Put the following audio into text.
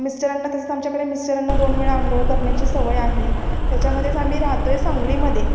मिस्टरांना तसंच आमच्याकडे मिस्टरांना दोन वेळा आंघोळ करण्याची सवय आहे त्याच्यामध्येच आम्ही राहतो आहे सांगलीमध्ये